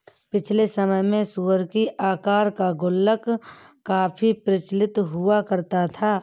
पिछले समय में सूअर की आकार का गुल्लक काफी प्रचलित हुआ करता था